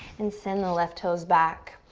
and send the left toes back.